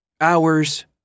hours